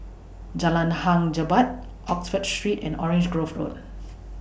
Jalan Hang Jebat Oxford Street and Orange Grove Road